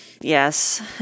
Yes